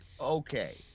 okay